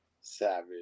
Savage